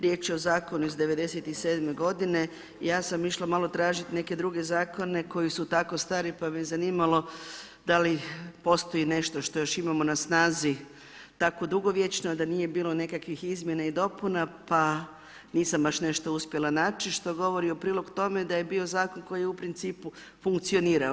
Riječ je o zakonu i z '97. g. Ja sam išla malo tražiti neke druge zakone, koji su tako stari, pa me zanimalo da li postoji nešto što još imamo na snazi tako dugovječno, da nije bilo nekakvih izmjena i dopuna, pa nisam baš nešto uspjela naći, što govori u prilog tome, da je bio zakon koji je u principu funkcionirao.